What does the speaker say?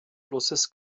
flusses